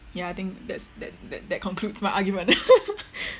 yeah I think that's that that concludes my argument